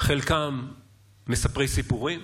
וחלקה מספרי סיפורים,